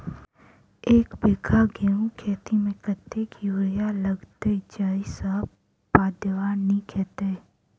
एक बीघा गेंहूँ खेती मे कतेक यूरिया लागतै जयसँ पैदावार नीक हेतइ?